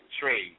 trade